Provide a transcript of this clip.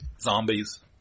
zombies